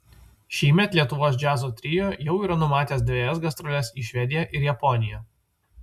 šįmet lietuvos džiazo trio jau yra numatęs dvejas gastroles į švediją ir japoniją